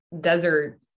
desert